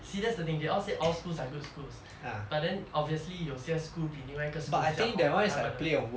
see that's the thing they all say all schools are good schools but then obviously 有些 school 比另外一个 school 比较好 like 他们的